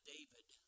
David